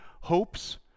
hopes